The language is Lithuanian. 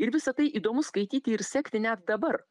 ir visa tai įdomu skaityti ir sekti net dabar